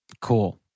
Cool